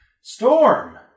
Storm